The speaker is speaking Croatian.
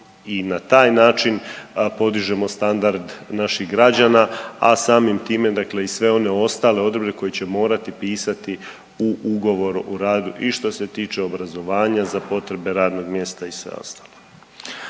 i na taj način podižemo standard naših građana, a samim time dakle i sve one ostale odredbe koje će morati pisati u ugovoru o radu i što se tiče obrazovanja za potrebe radnog mjesta i sve ostalo.